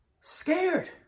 scared